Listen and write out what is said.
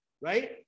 right